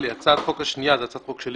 הצעת החוק השנייה, שהיא הצעת חוק שלי,